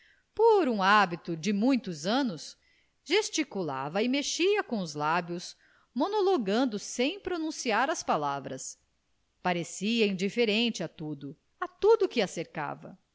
por um hábito de muitos anos gesticulava e mexia com os lábios monologando sem pronunciar as palavras parecia indiferente a tudo a tudo que a cercava